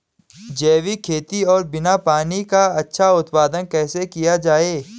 जैविक खेती और बिना पानी का अच्छा उत्पादन कैसे किया जाए?